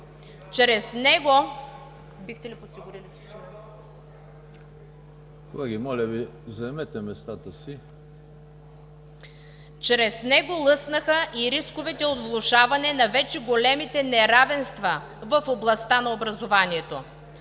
Чрез него лъснаха и рисковете от влошаване на вече големите неравенства в областта на образованието.